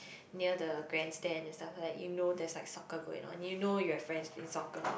near the grandstand and stuff like that you know there's like soccer going on you know you have friends in soccer